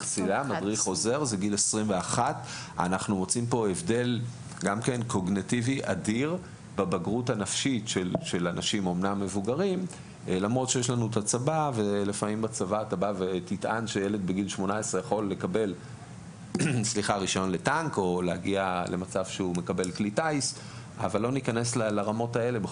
עוזר יכול להיות מוסמך מגיל 21. גילו של הצולל הוא 8 שנים ומעלה,